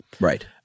Right